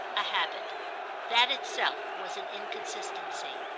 a habit that itself was an inconsistency.